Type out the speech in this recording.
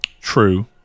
True